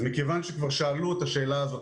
אז מכיוון שכבר שאלו את השאלה הזאת,